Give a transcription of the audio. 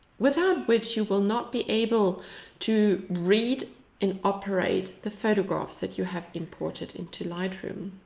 without which you will not be able to read and operate the photographs that you have imported into lightroom.